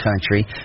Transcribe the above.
country